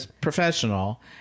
professional